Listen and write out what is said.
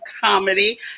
Comedy